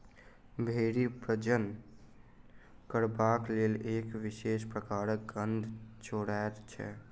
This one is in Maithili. भेंड़ी प्रजनन करबाक लेल एक विशेष प्रकारक गंध छोड़ैत छै